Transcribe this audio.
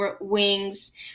wings